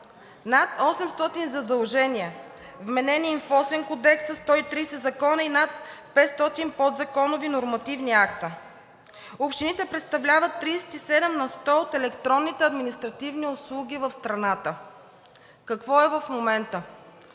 над 800 задължения, вменени им в осем кодекса, 130 закона и над 500 подзаконови нормативни акта. Общините предоставят 37 на сто от електронните административни услуги в страната. Какво е в момента?